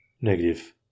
Negative